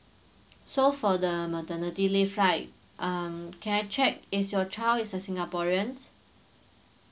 so for the maternity leave right um can I check is your child is a singaporean